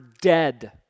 dead